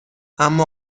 اما